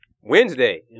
Wednesday